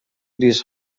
these